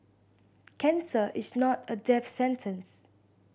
cancer is not a death sentence